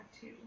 two